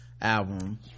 album